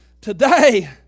Today